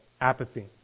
apathy